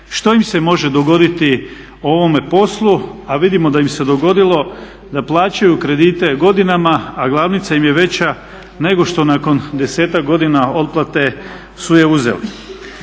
što im se može dogoditi u ovome poslu, a vidimo da im se dogodilo da plaćaju kredite godinama, a glavnica im je veća nego što nakon desetak godina otplate su je uzeli.